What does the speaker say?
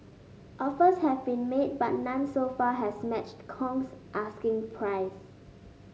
offers have been made but none so far has matched Kong's asking price